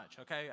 okay